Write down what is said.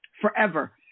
forever